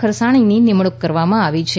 ખરસાણની નિમણુંક કરવામાં આવી છે